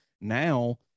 Now